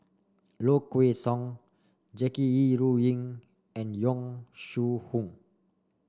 Low Kway Song Jackie Yi Ru Ying and Yong Shu Hoong